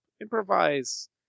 improvise